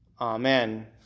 Amen